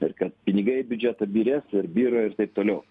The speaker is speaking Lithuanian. ir kad pinigai į biudžetą byrės ir byra ir taip toliau